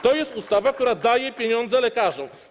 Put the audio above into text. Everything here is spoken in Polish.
To jest ustawa, która daje pieniądze lekarzom.